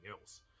else